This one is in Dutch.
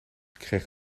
kreeg